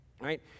Right